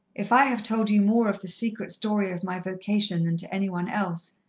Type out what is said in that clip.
if i have told you more of the secret story of my vocation than to any one else,